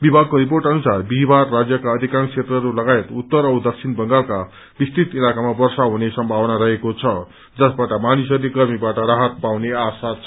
विभगाको report अनुसार बिहीबार राज्यको अधिकाशं क्षेत्रहरू लगायत उत्तर औ दक्षिण बंगालका विस्तृत इलाकामा वर्षा हुने सम्भावना रहेको छ जसबसट मानिसहस्ले गर्मीबाट राहत पाउने आशा छ